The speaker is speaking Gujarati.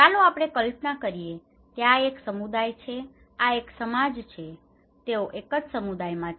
ચાલો આપણે કલ્પના કરીએ કે આ એક સમુદાય છે આ એક સમાજ છે જેઓ એક જ સમુદાયમાં છે